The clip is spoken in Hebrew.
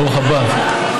ברוכה הבאה.